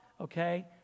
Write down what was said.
Okay